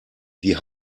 die